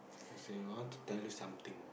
I say I want to tell you something